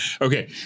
Okay